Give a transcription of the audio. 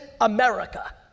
America